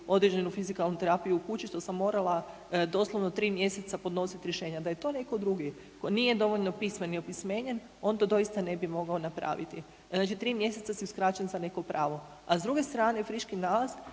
određenu fizikalnu terapiju u kući što sam morala doslovno 3 mjeseca podnositi rješenja. Da je to netko drugi koji nije dovoljno pismen i opismenjen on to doista ne bi mogao napraviti. Znači 3 mjeseca si uskraćen za neko pravo. A s druge strane friški nalaz,